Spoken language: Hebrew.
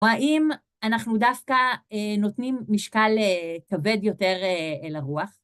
האם אנחנו דווקא נותנים משקל כבד יותר לרוח?